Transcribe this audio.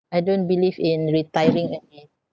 I don't believe in retiring early